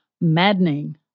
maddening